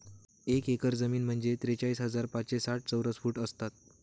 एक एकर जमीन म्हणजे त्रेचाळीस हजार पाचशे साठ चौरस फूट असतात